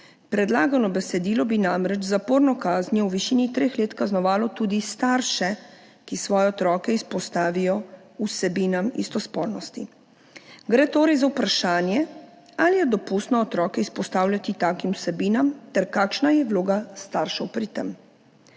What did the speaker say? Predlagano besedilo bi namreč z zaporno kaznijo v višini treh let kaznovalo tudi starše, ki svoje otroke izpostavijo vsebinam istospolnosti. Gre torej za vprašanje, ali je dopustno otroke izpostavljati takim vsebinam ter kakšna je vloga staršev pri tem.